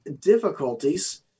difficulties